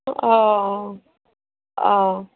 অঁ অঁ